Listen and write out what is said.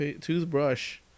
toothbrush